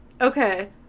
Okay